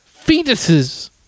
fetuses